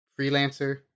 Freelancer